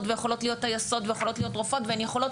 ויכולות להיות טייסות ויכולות להיות רופאות והן יכולות